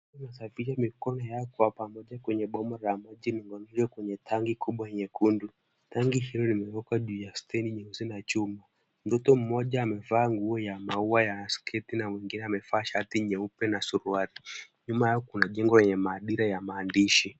Wanasafisha mikono yao kwenye boma la maji lilioinuliwa kwenye tangi kubwa nyekundu. Tangi hiyo imewekwa juu ya stuli nyeusi la chuma. Mtoto mmoja amevaa nguo ya maua ya sketi na mwingine amevaa shati nyeupe na suruali. Nyuma yao kuna jengo yanye maadhira ya maandishi.